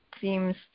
seems